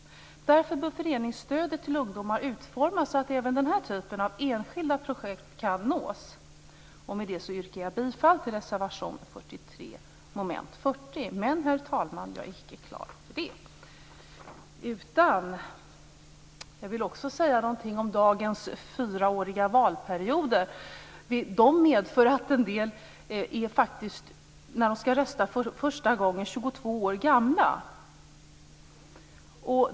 Därför bör föreningsstödet till ungdomar utformas så att även denna typ av enskilda projekt kan nås. Med detta yrkar jag bifall till reservation 43 under mom. 40. Men, herr talman, jag är inte klar. Jag vill också säga något om de fyraåriga valperioderna. De medför att en del människor är 22 år gamla när de skall rösta för första gången.